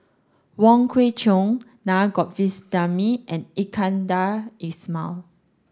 Wong Kwei Cheong Naa Govindasamy and Iskandar Ismail